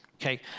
Okay